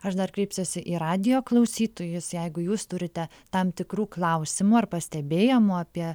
aš dar kreipsiuosi į radijo klausytojus jeigu jūs turite tam tikrų klausimų ar pastebėjimų apie